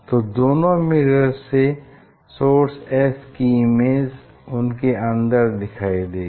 तो दोनों मिरर्स में सोर्स S की इमेज उनके अंदर दिखाई देगी